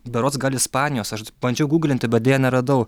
berods gal ispanijos aš bandžiau guglinti bet deja neradau